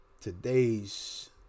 today's